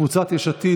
קבוצת סיעת יש עתיד,